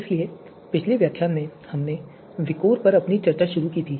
इसलिए पिछले व्याख्यान में हमने विकोर पर अपनी चर्चा शुरू की थी